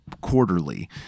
quarterly